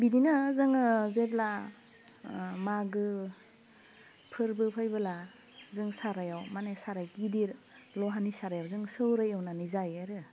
बिदिनो जोङो जेब्ला मागो फोरबो फैबोला जों सारायाव माने साराइ गिदिर लहानि सारायाव जों सौराइ एवनानै जायो आरो